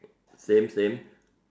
same same